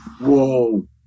whoa